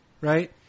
Right